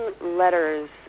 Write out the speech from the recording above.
letters